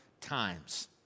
times